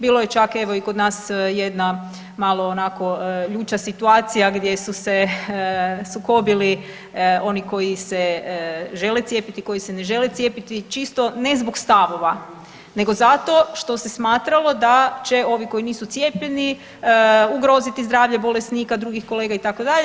Bilo je čak evo i kod nas jedna malo onako ljuća situacija gdje su se sukobili oni koji se žele cijepiti i koji se ne žele cijepiti čisto ne zbog stavova, nego zato što se smatralo da će ovi koji nisu cijepljeni ugroziti zdravlje bolesnika, drugih kolega itd.